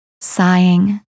sighing